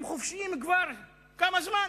הם חופשיים כבר כמה זמן?